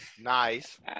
Nice